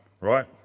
right